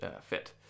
fit